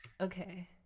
Okay